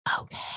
Okay